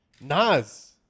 Nas